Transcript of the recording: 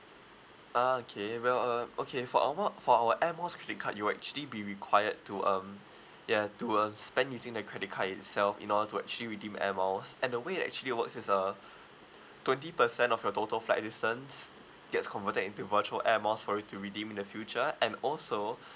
ah okay well um okay for our for our air miles credit card you'll actually be required to um yeah to uh spend using the credit card itself in order to actually redeem air miles and the way it actually works is uh twenty percent off your total flight distance gets converted into virtual air miles for you to redeem in the future and also